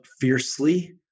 fiercely